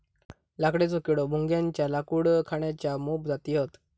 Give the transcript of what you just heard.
लाकडेचो किडो, भुंग्याच्या लाकूड खाण्याच्या मोप जाती हत